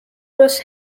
was